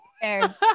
Fair